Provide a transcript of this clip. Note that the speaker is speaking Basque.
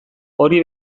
hori